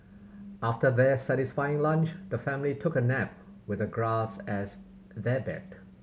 after their satisfying lunch the family took a nap with the grass as their bed